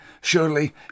Surely